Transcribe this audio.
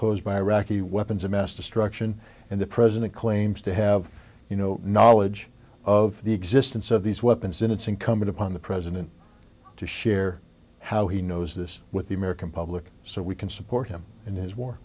posed by iraqi weapons of mass destruction and the president claims to have you know knowledge of the existence of these weapons and it's incumbent upon the president to share how he knows this with the american public so we can support him in his war